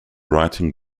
writing